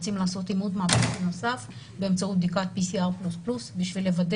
אנחנו רוצים לבדוק פעם נוספת באמצעות בדיקת PCR כדי לוודא